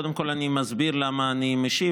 קודם כול אני מסביר למה אני משיב.